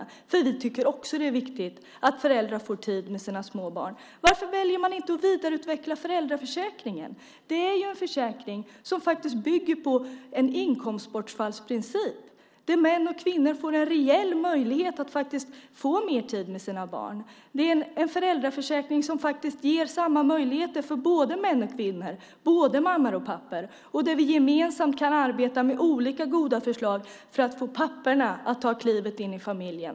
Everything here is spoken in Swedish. Också vi tycker att det är viktigt att föräldrar får tid med sina små barn. Varför väljer man inte att vidareutveckla föräldraförsäkringen? Den försäkringen bygger faktiskt på en inkomstbortfallsprincip. Både män och kvinnor får därmed en reell möjlighet till mer tid med sina barn. Det är en föräldraförsäkring som faktiskt ger samma möjligheter för både män och kvinnor, både mammor och pappor. Vi kan gemensamt arbeta med olika goda förslag för att få papporna att ta klivet in i familjen.